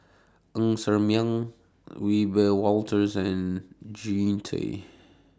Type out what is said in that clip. Ng Ser Miang Wiebe Wolters and Jean Tay